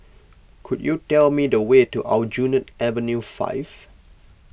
could you tell me the way to Aljunied Avenue five